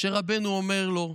משה רבנו אומר לו: